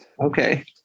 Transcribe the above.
Okay